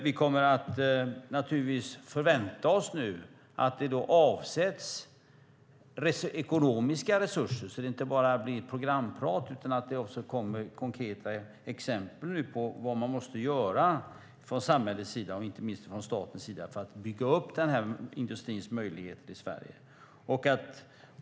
Vi kommer naturligtvis att förvänta oss att det avsätts ekonomiska resurser, så att det inte bara blir programprat utan att det också kommer konkreta exempel på vad man måste göra från samhällets och inte minst från statens sida för att bygga upp den här industrins möjligheter i Sverige.